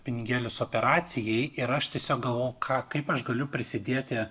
pinigėlius operacijai ir aš tiesiog galvojau ką kaip aš galiu prisidėti